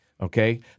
Okay